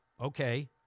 okay